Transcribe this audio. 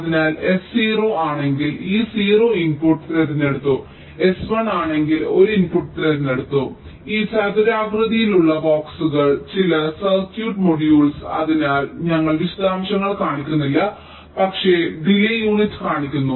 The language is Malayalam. അതിനാൽ s 0 ആണെങ്കിൽ ഈ 0 ഇൻപുട്ട് തിരഞ്ഞെടുത്തു s 1 ആണെങ്കിൽ 1 ഇൻപുട്ട് തിരഞ്ഞെടുത്തു ഈ ചതുരാകൃതിയിലുള്ള ബോക്സുകൾ ചില സർക്യൂട്ട് മൊഡ്യൂളുകളാണ് അതിനാൽ ഞങ്ങൾ വിശദാംശങ്ങൾ കാണിക്കുന്നില്ല പക്ഷേ ഡിലേയ് യൂണിറ്റ് കാണിക്കുന്നു